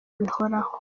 bihoraho